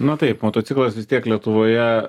na taip motociklas vis tiek lietuvoje